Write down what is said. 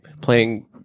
playing